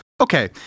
Okay